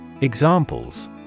Examples